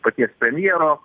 paties premjero